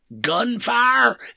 gunfire